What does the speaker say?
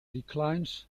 declines